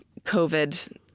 COVID